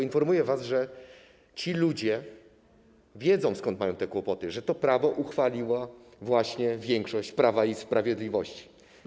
Informuję was, że ci ludzie wiedzą, skąd mają te kłopoty, że to prawo uchwaliła właśnie większość Prawa i Sprawiedliwości.